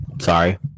Sorry